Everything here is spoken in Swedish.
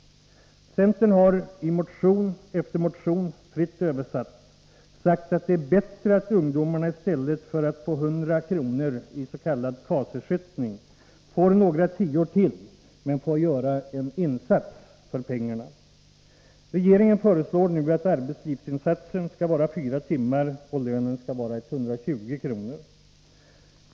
Centern har i motion efter motion sagt — fritt översatt — att det är bättre att ungdomarna i stället för att få 100 kr. KAS-ersättning får några tior till men får göra en insats för pengarna. Regeringen föreslår nu att arbetslivsinsatsen skall vara fyra timmar och att lönen skall vara 120 kr.